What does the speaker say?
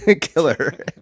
killer